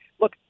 Look